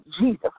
Jesus